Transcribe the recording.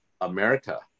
America